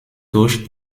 durch